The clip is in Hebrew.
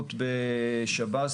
השירות בשב"ס